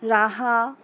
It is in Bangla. রাহা